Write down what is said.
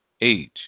age